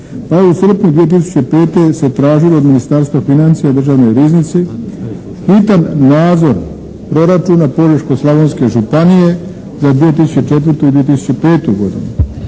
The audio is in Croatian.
pa je u srpnju 2005. se tržilo od Ministarstva financija državne riznici hitan nadzor proračuna Požeško-slavonske županije za 2004. i 2005. godinu.